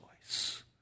voice